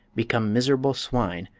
become miserable swine,